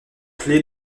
clé